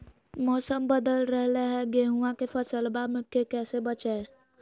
मौसम बदल रहलै है गेहूँआ के फसलबा के कैसे बचैये?